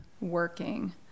working